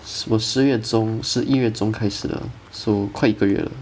我十月中十一月中开始的 so 快一个月了